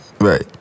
Right